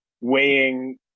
weighing